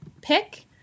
pick